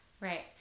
Right